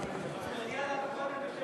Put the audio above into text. תודיע לנו קודם בשם,